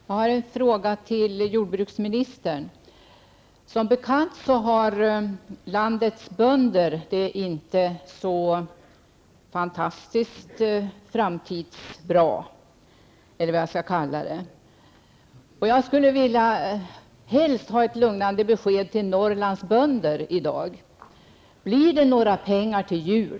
Herr talman! Jag har en fråga till jordbruksministern. Som bekant har landets bönder det inte så fantastiskt bra men tanke på framtiden. Jag skulle helst vilja att Norrlands bönder i dag fick ett lugnande besked: Blir det några pengar till jul?